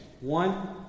One